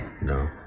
No